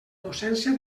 docència